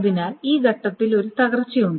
അതിനാൽ ഈ ഘട്ടത്തിൽ ഒരു തകർച്ചയുണ്ട്